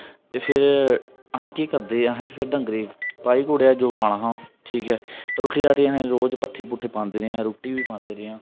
ते फिर असें केह् करदे हे असें फिर डंगरे पाई ओड़ेआ जो पाना हा ठीक ऐ रूट्टी राटी असें रोज पट्ठे पूट्ठे पांदे रेह् आं अस रूट्टी बी पांदे रेह् आं